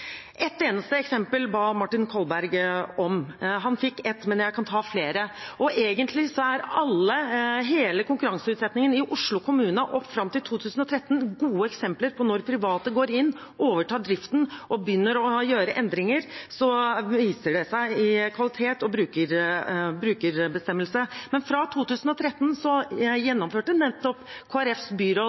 Ett eneste eksempel ba Martin Kolberg om. Han fikk ett, men jeg kan ta flere. Egentlig er hele konkurranseutsettingen i Oslo kommune fram til 2013 et godt eksempel på at når private går inn, overtar driften og begynner å gjøre endringer, viser det seg i kvalitet og brukerbestemmelse. Men fra 2013 gjennomførte nettopp Kristelig Folkepartis byråd